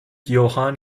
johann